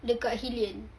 dekat hillion